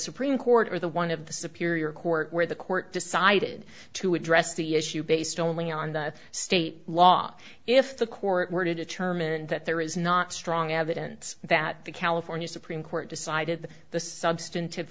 supreme court or the one of the superior court where the court decided to address the issue based only on the state law if the court were to determine that there is not strong evidence that the california supreme court decided the substantive